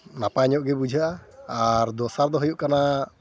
ᱱᱟᱯᱟᱭ ᱧᱚᱜ ᱜᱮ ᱵᱩᱡᱷᱟᱹᱜᱼᱟ ᱟᱨ ᱫᱚᱥᱟᱨ ᱫᱚ ᱦᱩᱭᱩᱜ ᱠᱟᱱᱟ